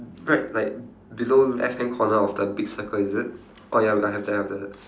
right like below left hand corner of the big circle is it oh ya I have that I have that